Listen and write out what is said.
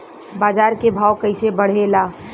बाजार के भाव कैसे बढ़े ला?